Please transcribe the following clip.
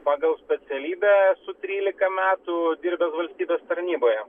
pagal specialybę esu trylika metų dirbęs valstybės tarnyboje